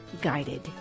guided